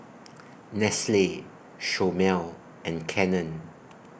Nestle Chomel and Canon